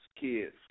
kids